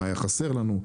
מה היה חסר לנו.